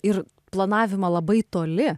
ir planavimą labai toli